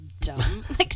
dumb